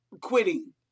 quitting